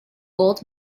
old